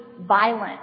violent